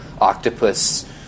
octopus